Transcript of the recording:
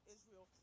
Israel